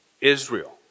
Israel